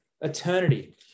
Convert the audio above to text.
eternity